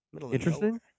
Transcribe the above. Interesting